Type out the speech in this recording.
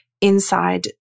inside